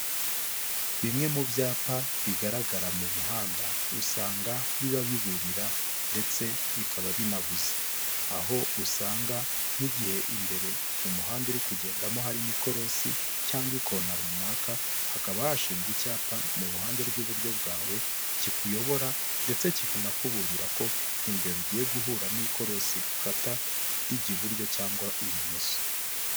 Bimwe mu byapa bigaragara mu muhanda usanga biba biburira ndetse bikaba binabuza, aho usanga nk'igihe imbere umuhanda uri kugendamo harimo ikorosi cyangwa ikona runaka, hakaba hashingwa icyapa mu ruhande rw'iburyo bwawe kikuyobora ndetse kikanakuburira ko imbeba ugiye guhura n'ikorosi rikata rijya iburyo cyangwa ibumoso.